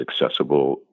accessible